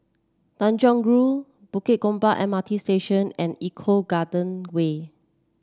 Tanjong Rhu Bukit Gombak M R T Station and Eco Garden Way